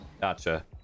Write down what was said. Gotcha